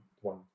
one